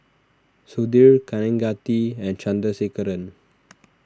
Sudhir Kaneganti and Chandrasekaran